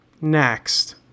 Next